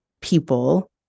people